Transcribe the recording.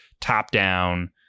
top-down